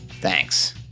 Thanks